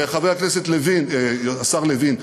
השר לוין,